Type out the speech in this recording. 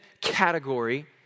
category